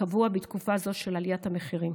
הקבוע בתקופה זו של עליית המחירים.